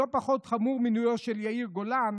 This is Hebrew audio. לא פחות חמור מינויו של יאיר גולן,